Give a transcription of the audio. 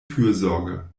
fürsorge